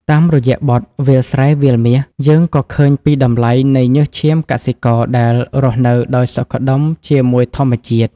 តាមរយៈបទ «វាលស្រែវាលមាស» យើងក៏ឃើញពីតម្លៃនៃញើសឈាមកសិករដែលរស់នៅដោយសុខដុមជាមួយធម្មជាតិ។